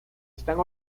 están